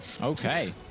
okay